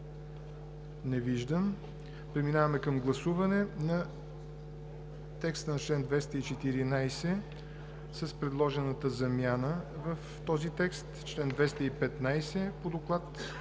Не виждам. Преминаваме към гласуване на текста на чл. 214 с предложената замяна в този текст, чл. 215 по доклада